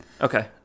Okay